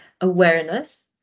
awareness